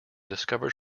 discovered